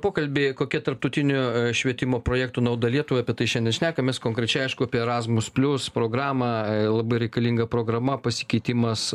pokalbį kokia tarptautinių švietimo projektų nauda lietuvai apie tai šiandien šnekamės konkrečiai aišku apie erasmus plius programą labai reikalinga programa pasikeitimas